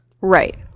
Right